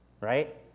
right